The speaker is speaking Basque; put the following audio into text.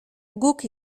guk